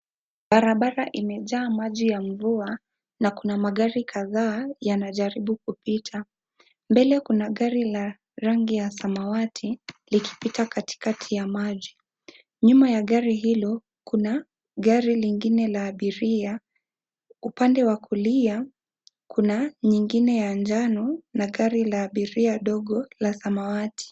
Barabara imejaa maji ya mvua na kuna magari kadhaa, yanajaribu kupita. Mbele kuna gari la rangi ya samawati, likipita katikati ya maji. Nyuma ya gari hilo, kuna gari lingine la abiria, upande wa kulia, kuna nyingine ya njano na gari la abiria dogo, la samawati.